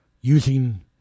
using